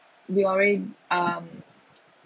we alrea~ um